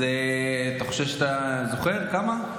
אז אתה חושב שאתה זוכר כמה?